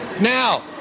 Now